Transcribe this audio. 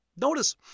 Notice